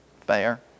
Fair